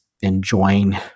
enjoying